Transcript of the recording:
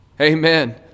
Amen